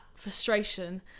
frustration